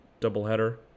Doubleheader